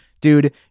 dude